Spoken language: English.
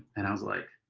and i was like,